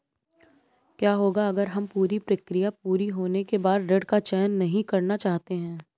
क्या होगा अगर हम पूरी प्रक्रिया पूरी होने के बाद ऋण का चयन नहीं करना चाहते हैं?